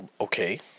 Okay